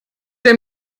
der